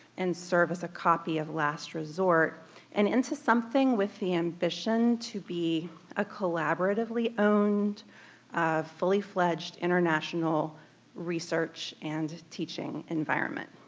and serve as a copy of last resort and into something with the ambition to be a collaboratively owned fully fledged international research and teaching environment.